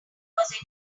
was